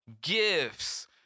gifts